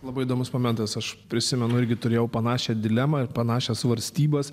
labai įdomus momentas aš prisimenu irgi turėjau panašią dilemą ir panašias svarstybas